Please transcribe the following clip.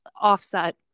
offset